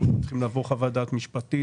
כי אנחנו צריכים לעבור חוות דעת משפטית.